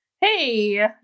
Hey